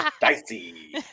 dicey